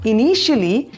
Initially